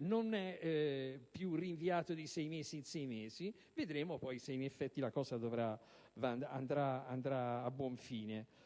non è più rinviato di sei mesi in sei mesi. Vedremo poi se la vicenda andrà a buon fine.